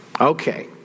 Okay